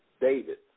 David